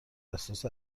اساس